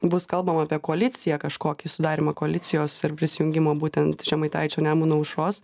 bus kalbama apie koaliciją kažkokį sudarymą koalicijos ir prisijungimą būtent žemaitaičio nemuno aušros